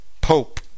Pope